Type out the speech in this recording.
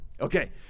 Okay